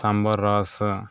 साम्भर रस